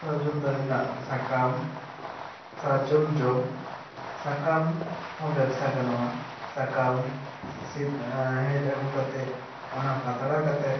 ᱥᱟᱨᱡᱚᱢ ᱫᱟᱨᱮ ᱨᱮᱱᱟᱜ ᱥᱟᱠᱟᱢ ᱥᱟᱨᱡᱚᱢ ᱡᱚ ᱥᱟᱠᱟᱢ ᱦᱚᱸ ᱵᱮᱵᱽᱥᱟ ᱜᱟᱱᱚᱜᱼᱟ ᱥᱟᱠᱟᱢ ᱥᱤᱫᱽ ᱦᱮᱡ ᱟᱹᱜᱩ ᱠᱟᱛᱮᱜ ᱚᱱᱟ ᱯᱟᱛᱲᱟ ᱠᱟᱛᱮ